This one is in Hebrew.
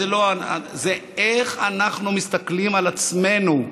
זה איך אנחנו מסתכלים על עצמנו,